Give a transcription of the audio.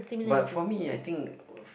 but for me I think a